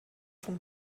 von